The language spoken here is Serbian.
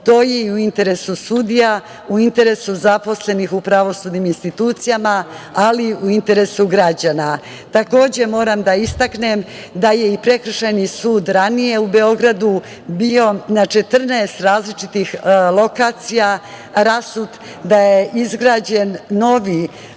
To je i u interesu sudija, u interesu zaposlenih u pravosudnim institucijama, ali i u interesu građana. Moram da istaknem da je i prekršajni sud ranije u Beogradu bio na 14 različitih lokacija rasut, da je izgrađen novi